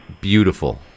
beautiful